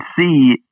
see